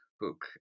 book